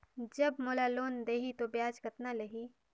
जब मोला लोन देही तो ब्याज कतना लेही?